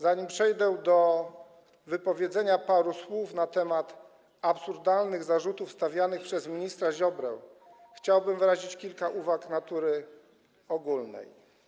Zanim przejdę do wypowiedzenia paru słów na temat absurdalnych zarzutów stawianych przez ministra Ziobrę, chciałbym wyrazić kilka uwag natury ogólnej.